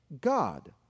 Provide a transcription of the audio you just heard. God